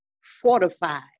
fortified